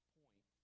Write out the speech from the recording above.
point